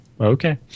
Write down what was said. okay